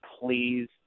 please